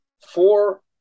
four